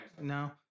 No